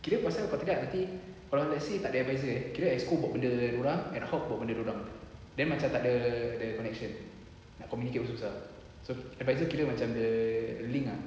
kira pasal kalau tidak nanti kalau let's say tak ada advisor eh kira exco buat benda dorang ad hoc buat benda dorang then macam tak ada tak ada connection nak communicate pun susah so advisor kira macam dia link ah